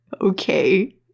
okay